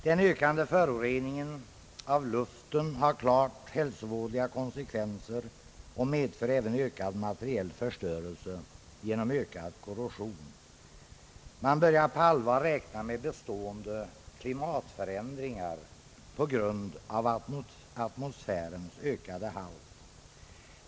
Den ökande föroreningen av luften har klart hälsovådliga konsekvenser och medför även materiell förstörelse genom ökad korrosion. Man börjar på allvar räkna med bestående klimatförändringar på grund av atmosfärens ökade halt av föroreningar.